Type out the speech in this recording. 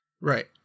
Right